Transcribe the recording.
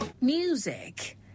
Music